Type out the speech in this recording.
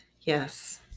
Yes